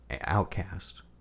Outcast